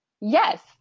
yes